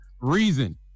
Reason